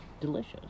Delicious